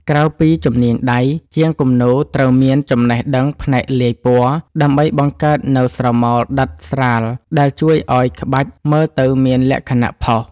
ក្រៅពីជំនាញដៃ ជាងគំនូរត្រូវមានចំណេះដឹងផ្នែកលាយពណ៌ ដើម្បីបង្កើតនូវស្រមោលដិតស្រាលដែលជួយឱ្យក្បាច់មើលទៅមានលក្ខណៈផុស ។